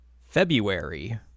February